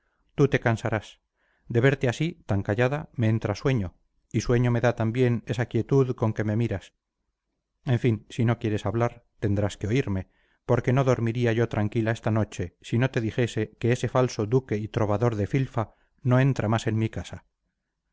tú te cansarás de verte así tan callada me entra sueño y sueño me da también esa quietud con que me miras en fin si no quieres hablar tendrás que oírme porque no dormiría yo tranquila esta noche si no te dijese que ese falso duque y trovador de filfa no entra más en mi casa